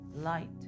Light